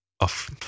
off